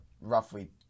roughly